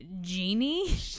genie